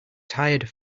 tired